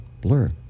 Blur